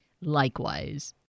Likewise